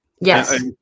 Yes